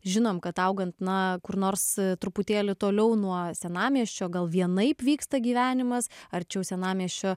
žinom kad augant na kur nors truputėlį toliau nuo senamiesčio gal vienaip vyksta gyvenimas arčiau senamiesčio